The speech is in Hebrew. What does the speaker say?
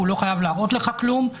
הוא לא חייב להראות לך כלום,